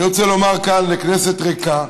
אני רוצה לומר כאן, לכנסת ריקה,